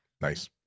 Nice